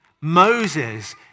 Moses